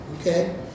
Okay